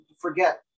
forget